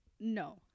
No